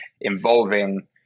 involving